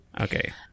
Okay